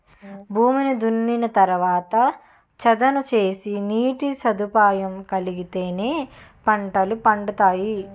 భూమిని దున్నిన తరవాత చదును సేసి నీటి సదుపాయం కలిగిత్తేనే పంటలు పండతాయి